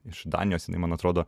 iš danijos jinai man atrodo